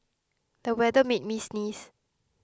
the weather made me sneeze